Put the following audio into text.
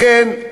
לכן,